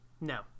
No